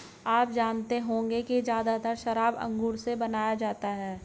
आप जानते होंगे ज़्यादातर शराब अंगूर से बनाया जाता है